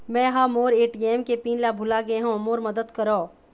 मै ह मोर ए.टी.एम के पिन ला भुला गे हों मोर मदद करौ